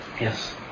Yes